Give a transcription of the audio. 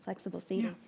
flexible seating.